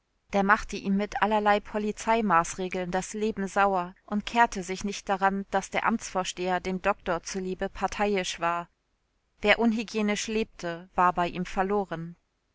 der machte ihm mit allerlei polizeimaßregeln das leben sauer und kehrte sich nicht daran daß der amtsvorsteher dem doktor zuliebe parteiisch war wer unhygienisch lebte war bei ihm verloren